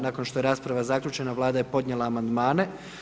Nakon što je rasprava zaključena, Vlada je podnijela amandmane.